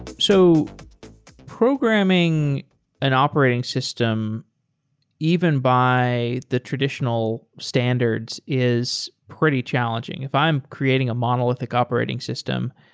so programming an operating system even by the traditional standards is pretty challenging. if i'm creating a monolithic operating system,